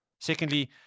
Secondly